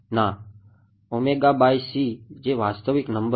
ના ઓમેગાc જે વાસ્તવિક નંબર છે